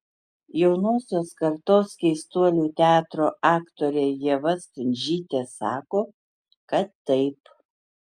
jaunosios kartos keistuolių teatro aktorė ieva stundžytė sako kad taip